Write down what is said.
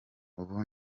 ubu